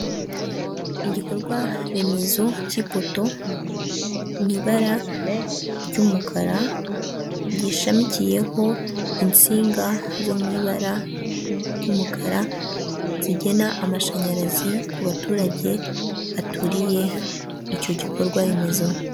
Igikorwa remezo cy'ipoto mu ibara ry'umukara, gishamikiyeho insinga zo mu ibara ry'umukara zigena amashanyarazi ku baturage baturiye icyo gikorwa remezo.